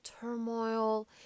turmoil